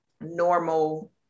normal